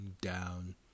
down